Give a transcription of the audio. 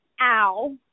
ow